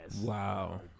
Wow